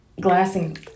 glassing